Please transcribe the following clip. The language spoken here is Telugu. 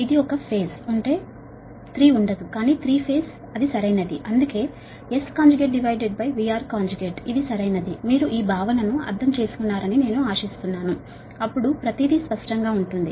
ఇది ఒక ప్రతి ఫేజ్ ఉంటే 3 ఉండదు కానీ 3 ఫేజ్ అది సరైనది అందుకే SVR ఇది సరైనది మీరు ఈ దీనిని అర్థం చేసుకున్నారని నేను అనుకుందాము అప్పుడు ప్రతిదీ స్పష్టంగా ఉంటుంది